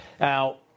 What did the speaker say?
Now